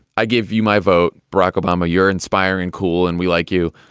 i gave you my vote. barack obama, you're inspiring. cool. and we like you.